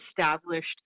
established